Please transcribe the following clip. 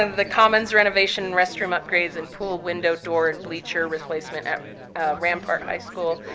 and the commons renovation, restroom upgrades, and pool window door and bleacher replacement at rampart high school,